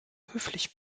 höflich